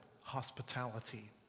hospitality